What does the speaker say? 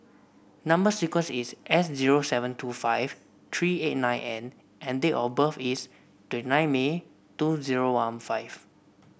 number sequence is S zero seven two five three eight nine N and date of birth is twenty nine May two zero one five